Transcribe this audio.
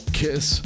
kiss